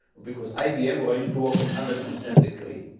because ibm, where i used to work with under consent decree,